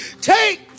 Take